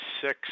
six